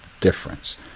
difference